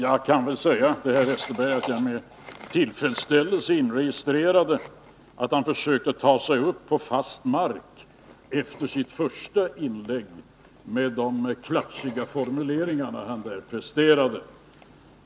Herr talman! Med tillfredsställelse registrerade jag att Per Westerberg försökte ta sig upp på fast mark efter sitt första inlägg med de klatschiga formuleringar han där presterade.